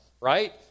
right